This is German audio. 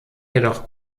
jedoch